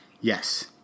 Yes